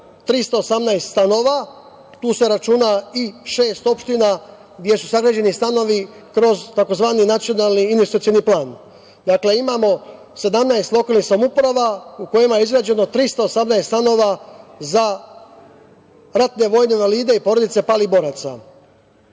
318 stanova, tu se računa i šest opština gde su sagrađeni stanovi kroz tzv. Nacionalni investicioni plan. Dakle, imamo 17 lokalnih samouprava u kojima je izgrađeno 318 stanova za ratne vojne invalide i porodice palih boraca.